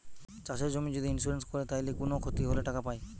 চাষের জমির যদি ইন্সুরেন্স কোরে তাইলে কুনো ক্ষতি হলে টাকা পায়